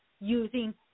using